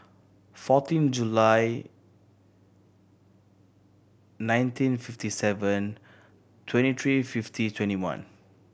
fourteen July nineteen fifty seven twenty three fifty twenty one